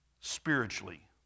spiritually